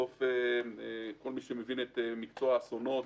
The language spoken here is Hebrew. כל מי שמבין את מקצוע האסונות,